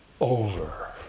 over